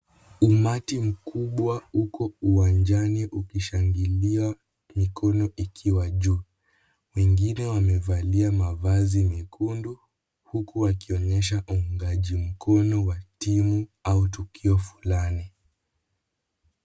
Umati mkubwa uko uwanjani ukishangilia mikono ikiwa juu. Wengine wamevalia mavazi mekundu huku wakionyesha uungaji mkono wa timu au tukio fulani.